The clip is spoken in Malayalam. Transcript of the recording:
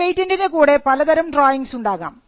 ഒരു പേറ്റന്റിൻറെ കൂടെ പലതരംഡ്രോയിങ്സ് ഉണ്ടാകാം